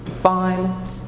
Fine